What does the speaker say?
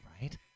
right